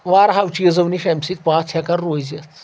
وارٕہوَ چیٖزو نِش امہِ سۭتۍ پَتھ ہؠکان روٗزِتھ